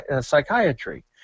psychiatry